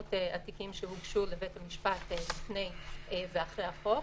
בכמות התיקים שהוגשו לבית המשפט לפני ואחרי החוק.